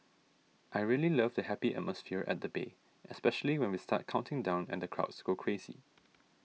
I really love the happy atmosphere at the bay especially when we start counting down and the crowds go crazy